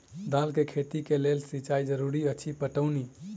दालि केँ खेती केँ लेल सिंचाई जरूरी अछि पटौनी?